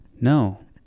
No